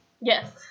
yes